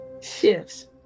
Shifts